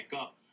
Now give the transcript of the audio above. up